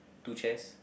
two chairs